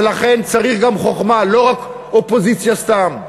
ולכן, צריך גם חוכמה, לא רק אופוזיציה סתם.